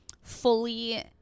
fully